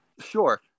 Sure